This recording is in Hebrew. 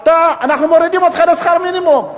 אנחנו מורידים אותך לשכר מינימום.